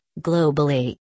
globally